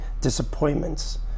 Disappointments